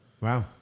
Wow